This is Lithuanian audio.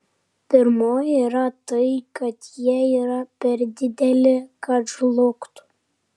pirmoji yra tai kad jie yra per dideli kad žlugtų